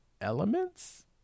elements